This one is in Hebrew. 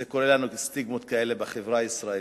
זה כולל סטיגמות כאלה בחברה הישראלית,